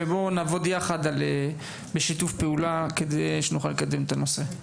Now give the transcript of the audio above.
ובואו נעבוד יחד בשיתוף פעולה כדי שנוכל לקדם את הנושא.